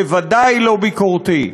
בוודאי לא ביקורתי.